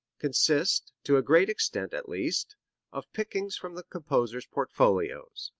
consist to a great extent, at least of pickings from the composer's portfolios,